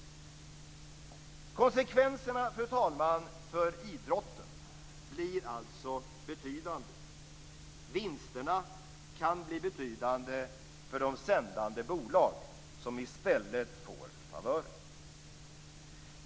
Konsekvenserna, fru talman, för idrotten blir alltså betydande. Vinsterna kan bli betydande för de sändande bolag som i stället får favören.